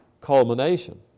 culmination